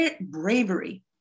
bravery